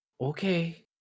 Okay